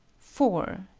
four.